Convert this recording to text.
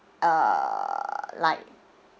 uh like